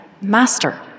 Master